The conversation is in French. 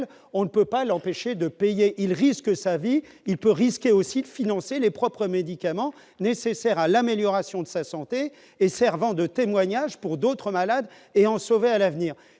on ne peut pas l'empêcher de payer, il risque sa vie et peu risqué aussi de financer les propres médicaments nécessaires à l'amélioration de sa santé et Servent de témoignage pour d'autres malades et en sauvé à l'avenir,